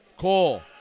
Cole